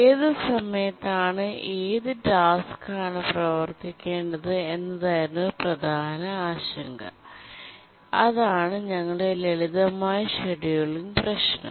ഏത് സമയത്താണ് ഏത് ടാസ്ക് പ്രവർത്തിക്കേണ്ടത് എന്നതായിരുന്നു പ്രധാന ആശങ്ക അതാണ് ഞങ്ങളുടെ ലളിതമായ ഷെഡ്യൂളിംഗ് പ്രശ്നം